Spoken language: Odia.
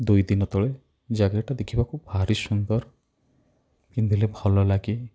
ଦୁଇଦିନ ତଳେ ଜ୍ୟାକେଟ୍ଟା ଦେଖିବାକୁ ଭାରି ସୁନ୍ଦର ପିନ୍ଧିଲେ ଭଲ ଲାଗେ